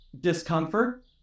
discomfort